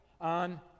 on